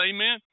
Amen